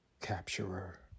Capturer